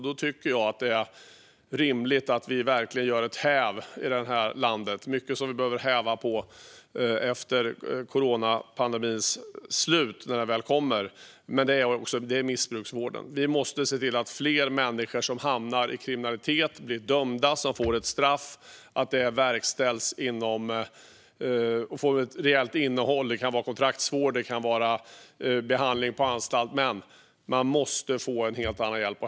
Jag tycker att det är rimligt att vi verkligen gör ett "häv" i det här landet. Det är mycket som vi behöver häva efter coronapandemins slut, när det väl kommer, men det jag avser är missbruksvården. Vi måste se till att fler människor som hamnar i kriminalitet blir dömda och får straff som verkställs. Straffet måste också få ett rejält innehåll. Det kan vara kontraktsvård eller behandling på anstalt. De måste få en helt annan hjälp.